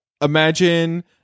imagine